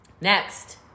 Next